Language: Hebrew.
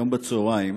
היום בצהריים